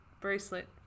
bracelet